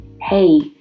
Hey